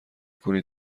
کنید